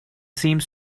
seems